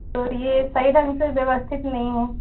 तो ये सही ढंग से व्यवस्थित नहीं है